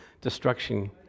destruction